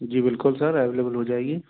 जी बिल्कुल sir available हो जाएगी